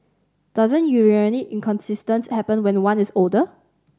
doesn't urinary incontinence happen when one is older